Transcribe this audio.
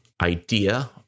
idea